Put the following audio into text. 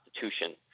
Constitution